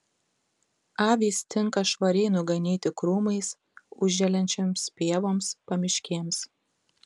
avys tinka švariai nuganyti krūmais užželiančioms pievoms pamiškėms